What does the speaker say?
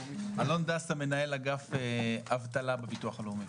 דסה, מנהל אגף אבטלה בביטוח הלאומי.